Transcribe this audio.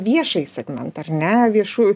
viešąjį segmentą ar ne viešųjų